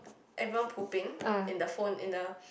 advance popping in the phone in the